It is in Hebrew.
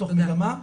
מתוך מגמה.